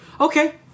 Okay